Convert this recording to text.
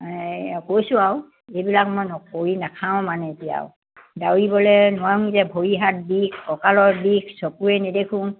এই কৈছোঁ আউ এইবিলাক মই কৰি নাখাওঁ মানে এতিয়াও দাউৰিবলে নোৱাৰো যে ভৰি হাত বিষ কঁকালৰ বিষ চকুৱে নেদেখোঁ